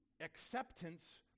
acceptance